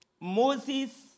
Moses